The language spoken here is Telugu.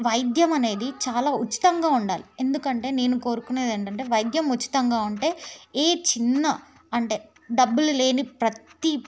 వైద్యం అనేది చాలా ఉచితంగా ఉండాలి ఎందుకంటే నేను కోరుకునేది ఏంటంటే వైద్యం ఉచితంగా ఉంటే ఏ చిన్న అంటే డబ్బులు లేని ప్రతీ